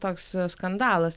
toks skandalas